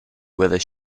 whether